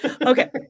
Okay